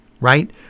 right